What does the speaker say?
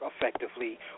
effectively